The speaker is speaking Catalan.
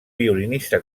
violinista